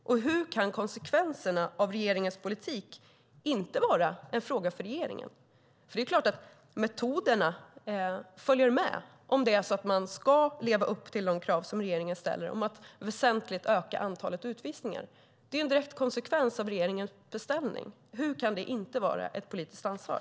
Och hur kan konsekvenserna av regeringens politik inte vara en fråga för regeringen? Det är klart att metoderna följer med om man ska leva upp till de krav som regeringen ställer på att väsentligt öka antalet utvisningar. Det är en direkt konsekvens av regeringens beställning. Hur kan det inte vara ett politiskt ansvar?